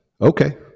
Okay